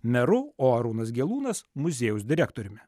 meru o arūnas gelūnas muziejaus direktoriumi